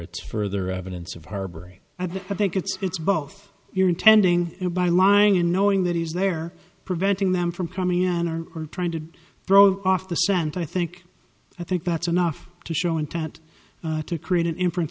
it's further evidence of harboring i think it's both you're intending it by lying and knowing that he's there preventing them from coming in or are trying to throw off the scent i think i think that's enough to show intent to create an inference